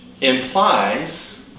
implies